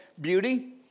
beauty